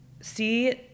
see